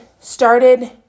started